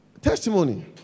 Testimony